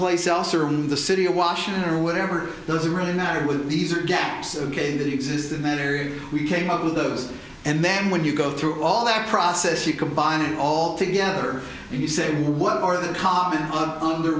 place else or in the city of washington or whatever doesn't really matter with these are gaps ok that exist in that area we came up with those and then when you go through all that process you combine it all together and you say what are the common under